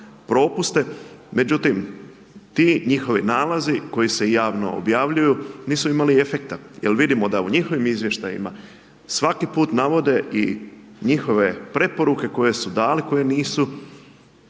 međutim, ti njihovi nalazi koji se javno objavljuju nisu imali efekta. Jer vidimo da u njihovim izvještajima, svaki put navode i njihove preporuke koje su dali, koje nisu